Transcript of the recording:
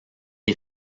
est